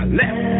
left